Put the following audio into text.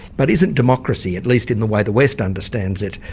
but isn't democracy, at least in the way the west understands it,